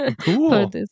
Cool